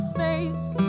face